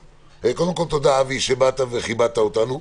קודם כול, תודה אבי, שבאת וכיבדת אותנו.